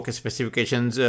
specifications